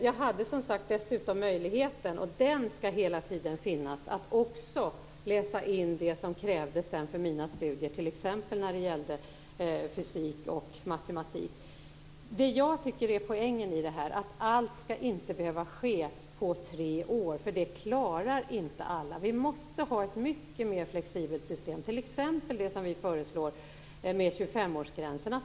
Jag hade som sagt dessutom möjligheten - och den skall hela tiden finnas - att också läsa in det som krävdes för mina studier, t.ex. när det gällde fysik och matematik. Det jag tycker är poängen är att allt inte skall behöva ske på tre år, för det klarar inte alla. Vi måste ha ett mycket mer flexibelt system, t.ex. ett sådant som vi föreslår med en 25-årsgräns.